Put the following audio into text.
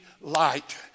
light